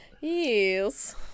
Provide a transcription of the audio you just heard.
Yes